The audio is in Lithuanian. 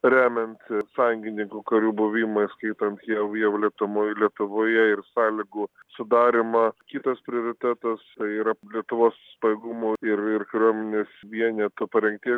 remiant sąjungininkų karių buvimą įskaitant jau jau lietamoj lietuvoje ir sąlygų sudarymą kitas prioritetas tai yra lietuvos pajėgumų ir ir kariuomenės vienetų parengties